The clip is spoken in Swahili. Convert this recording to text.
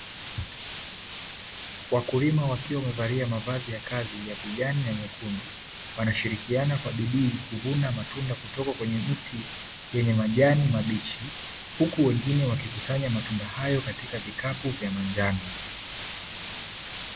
Wakulima wakiwa wamevalia mavazi ya kazi ya kijani na nyekundu. Wanashirikiana kwa bidii kuvuna matunda kutoka kwenye mti yenye majani mabichi, huku wengine wakikusanya matunda hayo katika vikapu vya manjano.